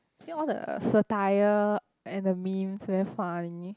seen all the satire and the memes very funny